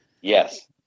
Yes